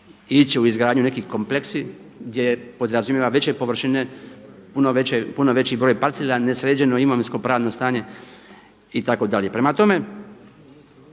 ići u izgradnju nekih kompleksa gdje se podrazumijeva veće površine, puno veći broj parcela, nesređeno imovinsko-pravno stanje itd. Prema tome,